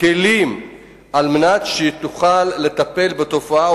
כלים על מנת שהיא תוכל לטפל בתופעה,